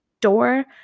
door